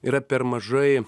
yra per mažai